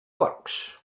works